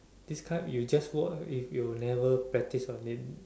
this kind you just work if you never practice on it